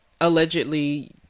allegedly